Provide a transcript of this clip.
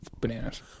bananas